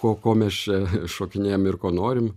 ko ko mes čia šokinėjam ir ko norim